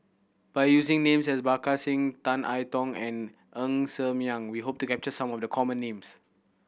by using names as Parga Singh Tan I Tong and Ng Ser Miang we hope to capture some of the common names